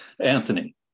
Anthony